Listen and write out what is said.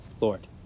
Lord